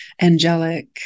angelic